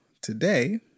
today